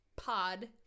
Pod